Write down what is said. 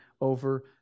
over